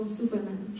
superman